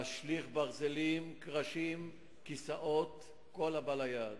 להשליך ברזלים, קרשים, כיסאות ומכל הבא ליד.